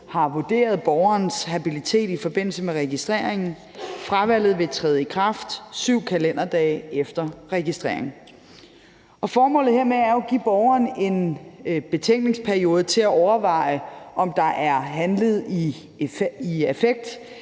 har vurderet borgerens habilitet i forbindelse med registreringen. Fravalget vil træde i kraft 7 kalenderdage efter registreringen. Formålet hermed er jo at give borgeren en betænkningsperiode til at overveje, om der er handlet i affekt,